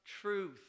truth